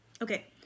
Okay